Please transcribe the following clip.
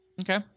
Okay